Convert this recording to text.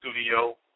Studio